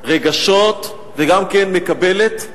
רגשות, וגם מקבלת.